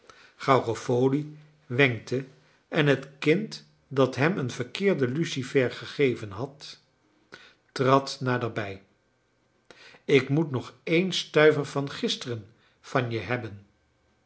garofoli wenkte en het kind dat hem een verkeerde lucifer gegeven had trad naderbij ik moet nog een stuiver van gisteren van je hebben